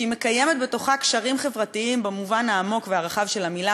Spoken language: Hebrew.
שהיא מקיימת בתוכה קשרים חברתיים במובן העמוק והרחב של המילה,